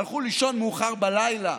הלכו לישון מאוחר בלילה,